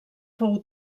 fou